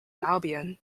albion